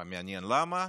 מעניין למה,